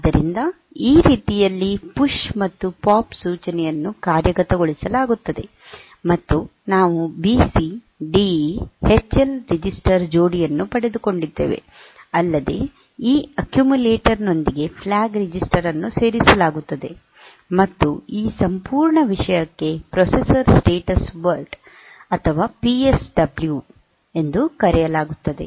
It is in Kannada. ಆದ್ದರಿಂದ ಈ ರೀತಿಯಲ್ಲಿ ಈ ಪುಶ್ ಮತ್ತು ಪಾಪ್ ಸೂಚನೆಗಳನ್ನು ಕಾರ್ಯಗತಗೊಳಿಸಲಾಗುತ್ತದೆ ಮತ್ತು ನಾವು ಬಿ ಸಿ ಡಿ ಈ ಮತ್ತು ಹೆಚ್ ಎಲ್ ರಿಜಿಸ್ಟರ್ ಜೋಡಿ ಅನ್ನು ಪಡೆದುಕೊಂಡಿದ್ದೇವೆ ಅಲ್ಲದೆ ಈ ಅಕ್ಕ್ಯುಮ್ಯುಲೇಟರ್ ನೊಂದಿಗೆ ಫ್ಲಾಗ್ ರಿಜಿಸ್ಟರ್ ಅನ್ನು ಸೇರಿಸಲಾಗುತ್ತದೆ ಮತ್ತು ಈ ಸಂಪೂರ್ಣ ವಿಷಯಕ್ಕೆ ಪ್ರೊಸೆಸರ್ ಸ್ಟೇಟಸ್ ವರ್ಲ್ಡ್ ಅಥವಾ ಪಿಎಸ್ಡಬ್ಲ್ಯೂ ಎಂದು ಕರೆಯಲಾಗುತ್ತದೆ